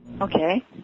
Okay